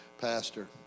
Pastor